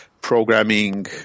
programming